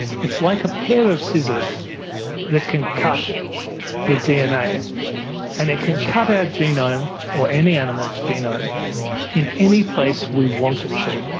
it's like a pair of scissors that can cut the dna and it can cut our genome or any animal's genome in any place we want it to.